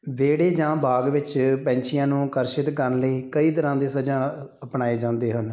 ਵਿਹੜੇ ਜਾਂ ਬਾਗ ਵਿੱਚ ਪੰਛੀਆਂ ਨੂੰ ਆਕਰਸ਼ਿਤ ਕਰਨ ਲਈ ਕਈ ਤਰ੍ਹਾਂ ਦੇ ਸਝਾਅ ਅਪਣਾਏ ਜਾਂਦੇ ਹਨ